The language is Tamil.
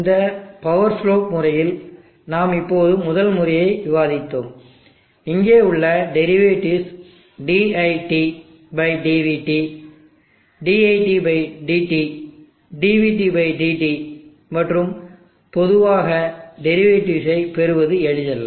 இந்த பவர் ஸ்லோப் முறையில் நாம் இப்போது முதல் முறையை விவாதித்தோம் இங்கே உள்ள derivatives diT dvT diT dt dvT dt மற்றும் பொதுவாக டெரிவேடிவ்ஸ் ஐ பெறுவது எளிதல்ல